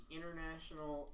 International